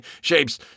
Shapes